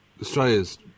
Australia's